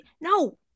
No